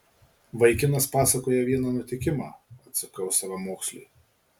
vaikinas pasakoja vieną nutikimą atsakau savamoksliui